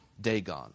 Dagon